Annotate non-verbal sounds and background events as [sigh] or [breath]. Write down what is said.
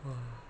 [breath]